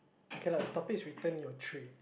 okay lah the topic is return your tray